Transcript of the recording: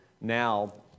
now